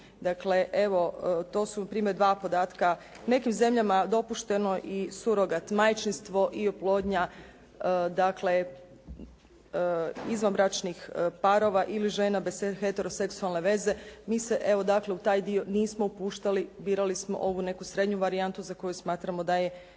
Dakle, evo to su na primjer dva podatka. U nekim zemljama je dopušteno i surogat majčinstvo i oplodnja dakle izvanbračnih parova ili žena bez heteroseksualne veze. Mi se evo dakle u taj dio nismo upuštali, birali smo ovu neku srednju varijantu za koju smatramo da je